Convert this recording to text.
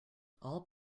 all